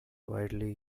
widely